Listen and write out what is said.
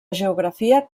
geografia